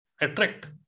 Attract